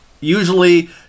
Usually